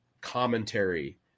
commentary